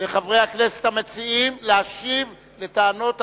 לחברי הכנסת המציעים להשיב על טענות המתנגדים.